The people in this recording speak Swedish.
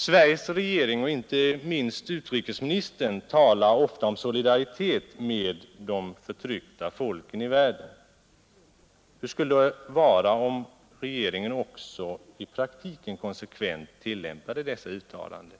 Sveriges regering och inte minst utrikesministern talar ofta om solidaritet med de förtryckta folken i världen. Hur skulle det vara om regeringen också i praktiken konsekvent tillämpade dessa uttalanden?